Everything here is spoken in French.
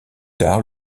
tard